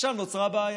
עכשיו נוצרה בעיה,